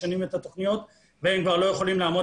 משנים את התוכניות והם כבר לא יכולים לעמוד